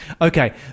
okay